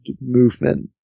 movement